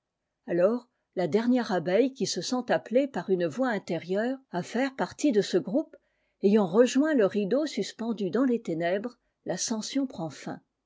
alors la dern re abeille qui se sent appelée par une voix fa rieure à faire partie de ce groupe ayant rejoint le rideau suspendu dans les ténèbres tascension prend